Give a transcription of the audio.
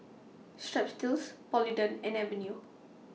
Strepsils Polident and Avene